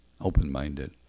open-minded